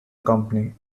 company